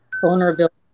vulnerability